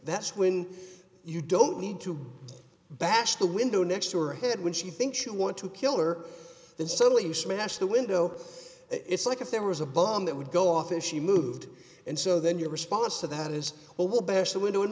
that's when you don't need to bash the window next to her head when she thinks you want to kill or then suddenly smash the window it's like if there was a bomb that would go off if she moved and so then your response to that is well we'll bash the window and